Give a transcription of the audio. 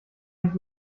nicht